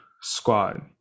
squad